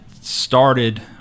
started